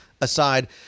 aside